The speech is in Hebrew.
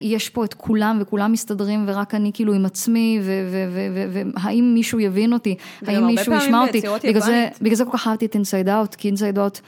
יש פה את כולם וכולם מסתדרים ורק אני כאילו עם עצמי והאם מישהו יבין אותי, האם מישהו ישמע אותי, בגלל זה כל כך אהבתי את אינסיידאוט, כי אינסיידאוט...